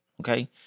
Okay